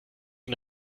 den